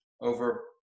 over